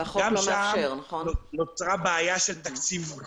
גם שם נוצרה בעיה של תקציב.